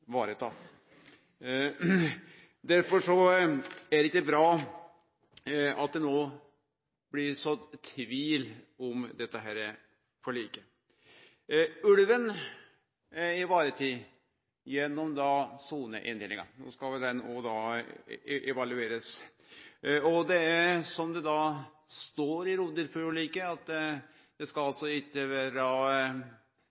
vareta. Derfor er det ikkje bra at det no blir sådd tvil om dette forliket. Ulven er vareteken gjennom soneinndelinga – no skal vel ho òg bli evaluert. Som det står i rovviltforliket, skal det